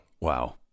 wow